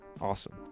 Awesome